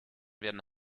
werden